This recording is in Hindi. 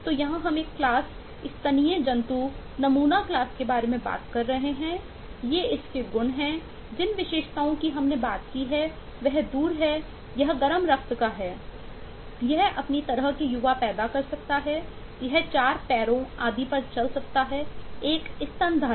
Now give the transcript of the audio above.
ये इसके गुण हैं जिन विशेषताओं की हमने बात की है वह दूर है यह गर्म रक्त का है यह अपनी तरह के युवा पैदा कर सकता है यह 4 पैरों आदि पर चल सकता है एक स्तनधारी है